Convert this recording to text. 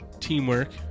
teamwork